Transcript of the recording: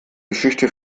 geschichte